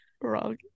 wrong